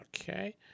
Okay